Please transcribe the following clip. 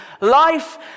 life